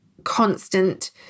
constant